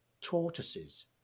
tortoises